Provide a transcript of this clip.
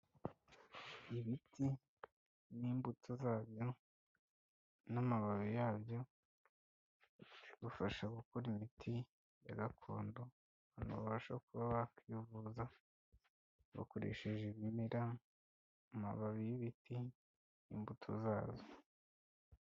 Ibiti n'imbuto zabyo n'amababi yabyo, bifasha gukora imiti ya gakondo, abantu bashobora kuba bakivuza bakoresheje ibimera, amababi y'ibiti, n'imbuto zazo.